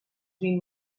vint